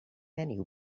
many